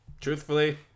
truthfully